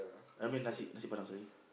I mean Nasi Nasi-Padang sorry